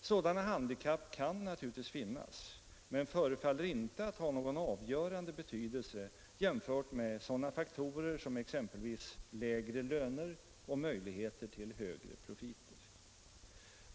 Sådana handikapp kan naturligtvis finnas, men förefaller inte ha någon avgörande betydelse jämfört med sådana faktorer som exempelvis lägre löner och möjligheter till högre profiter.